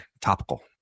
topical